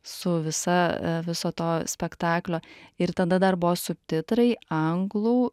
su visa viso to spektaklio ir tada dar buvo subtitrai anglų